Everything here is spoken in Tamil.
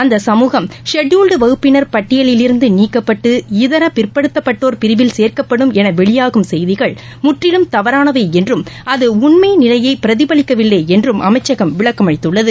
அந்த சமூகம்ஷெட்யூல்டுவகுப்பினர்பட்டியலில் இருந்துநீக்கப்பட்டு இதரபிற்படுத்தப்பட்டோர் பிரிவில் சேர்க்கப்படும் எனவெளியாகும் தவறானவைஎன்றும் முற்றிலும் அதுஉண்மைநிலையைபிரதிபலிக்கவில்லைஎன்றும் அமைச்சகம் விளக்கம் அளித்துள்ளது